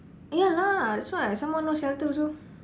ya lah that's why some more no shelter also